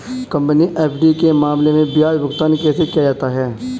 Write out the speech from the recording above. Company FD के मामले में ब्याज भुगतान कैसे किया जाता है?